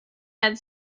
had